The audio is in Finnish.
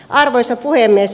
arvoisa puhemies